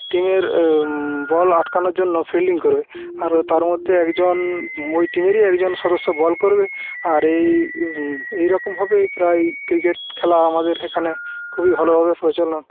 টিমের বল আটকানোর জন্য ফিল্ডিং করবে আর তার মধ্যে একজন ওই টিমেরই একজন সদস্য বল করবে আর এই এইরকমভাবে প্রায় ক্রিকেট খেলা আমাদের এখানে খুবই ভালোভাবে প্রচলন